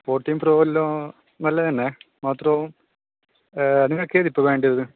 fourteen pro വല്ലതും നല്ലതുതന്നെ മാത്രോ നിങ്ങൾക്ക് ഏതാണ് ഇപ്പോൾ വേണ്ടത്